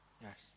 Yes